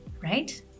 right